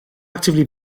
actively